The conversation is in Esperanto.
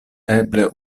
eble